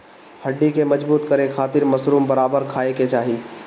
हड्डी के मजबूत करे खातिर मशरूम बराबर खाये के चाही